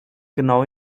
genau